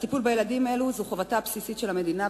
הטיפול בילדים אלה הוא חובתה הבסיסית של המדינה,